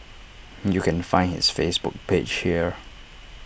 you can find his Facebook page here